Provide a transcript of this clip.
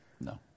No